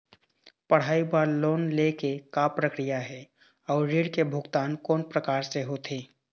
पढ़ई बर लोन ले के का प्रक्रिया हे, अउ ऋण के भुगतान कोन प्रकार से होथे?